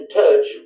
touch